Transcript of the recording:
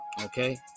Okay